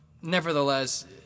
nevertheless